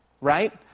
right